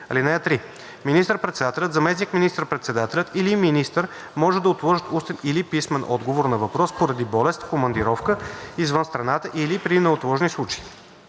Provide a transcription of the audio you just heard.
(3) Министър-председателят, заместник министър-председателят или министър може да отложат устен или писмен отговор на въпрос поради болест, командировка извън страната или при неотложни случаи.